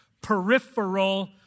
peripheral